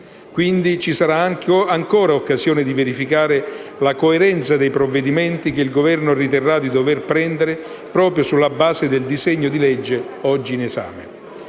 ci sarà ancora occasione di verificare la coerenza dei provvedimenti che l'Esecutivo riterrà di dover prendere proprio sulla base del disegno di legge oggi in esame.